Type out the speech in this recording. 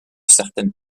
certaine